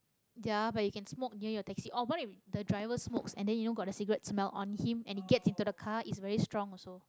ya but you can smoke during the taxi or what when the driver smoke and then you know got cigarette smell on him and you get into the car is also very strong also